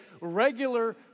regular